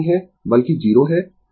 और वह 409 o के बराबर है